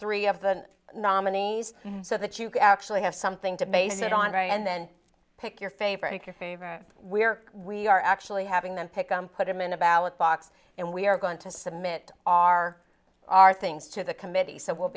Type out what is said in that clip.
three of the nominees so that you could actually have something to base it on right and then pick your favorite your favorite we are we are actually having them pick on put him in a ballot box and we are going to submit our our things to the committee so we'll